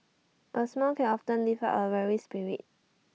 A smile can often lift up A weary spirit